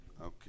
Okay